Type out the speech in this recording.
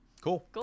Cool